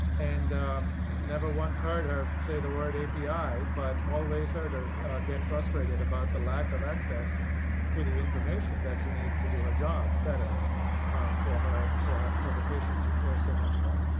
and never once heard her say the word api, but always heard or get frustrated about the lack of access to the information that she needs to do her job better for her for for the patient. she cares so much about